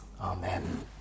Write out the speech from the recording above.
Amen